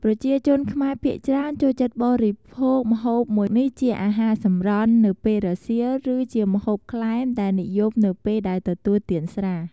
ប្រជាជនខ្មែរភាគច្រើន ចូលចិត្តបរិភោគម្ហូបមួយនេះជាអាហារសម្រន់ នៅពេលរសៀល ឬជាម្ហូបក្លែមដែលនិយមនៅពេលដែលទទួលទានស្រា។